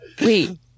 Wait